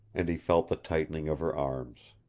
and he felt the tightening of her arms.